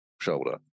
shoulder